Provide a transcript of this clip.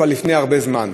לפני הרבה זמן.